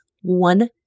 one